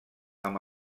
amb